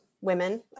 women